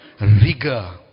rigor